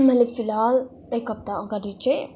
मैले फिलहाल एक हप्ता अगाडि चाहिँ